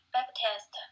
Baptist